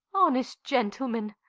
honest gentleman!